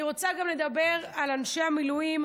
אני רוצה גם לדבר על אנשי המילואים,